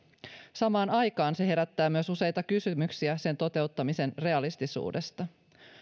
samaan aikaan se herättää myös useita kysymyksiä sen toteuttamisen realistisuudesta